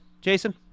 Jason